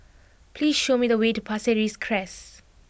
please show me the way to Pasir Ris Crest